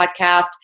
Podcast